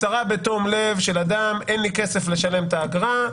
הצהרה בתום לב של אדם: אין לי כסף לשלם את האגרה,